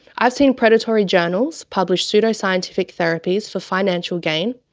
i've seen predatory journals publish pseudoscientific therapies for financial gain,